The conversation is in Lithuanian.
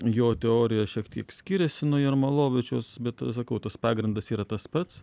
jo teorija šiek tiek skiriasi nuo jarmolovičiaus bet sakau tas pagrindas yra tas pats